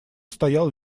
стоял